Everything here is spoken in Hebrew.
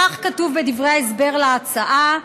מה שונה בין העבריין הפלילי לטרוריסט,